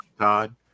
Todd